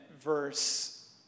verse